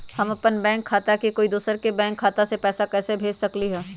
हम अपन बैंक खाता से कोई दोसर के बैंक खाता में पैसा कैसे भेज सकली ह?